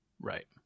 Right